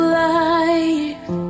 life